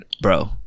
bro